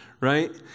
right